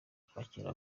kwakira